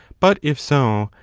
but, if so,